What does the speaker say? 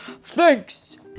thanks